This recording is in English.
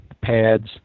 PADS